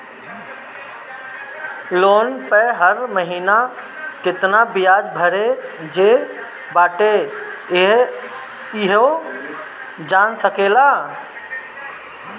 loan पअ हर महिना केतना बियाज भरे जे बाटे इहो जान सकेला